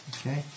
Okay